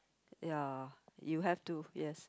ya you have to yes